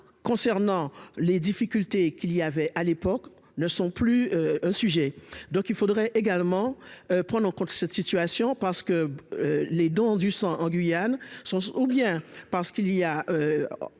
concernant les difficultés qu'il y avait à l'époque ne sont plus un sujet donc il faudrait également prendre en compte cette situation parce que les dons du sang en Guyane sont ou bien parce qu'il y a